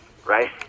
Right